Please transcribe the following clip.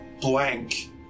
blank